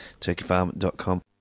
turkeyfarm.com